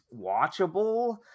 watchable